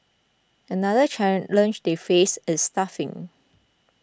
another challenge they faced is staffing